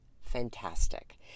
fantastic